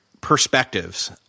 perspectives